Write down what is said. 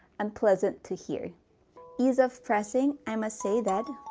unpleasant to hear ease of pressing, i must say that